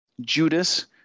Judas